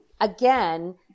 again